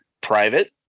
private